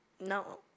No